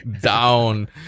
down